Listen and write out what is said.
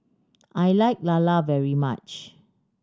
I like Lala very much